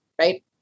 right